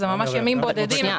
אלה ממש ימים בודדים.